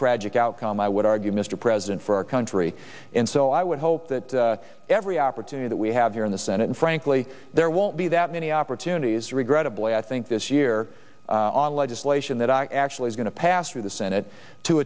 tragic outcome i would argue mr president for our country and so i would hope that every opportunity that we have here in the senate and frankly there won't be that many opportunities regrettably i think this year on legislation that i actually is going to pass through the senate to